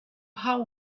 how